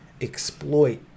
exploit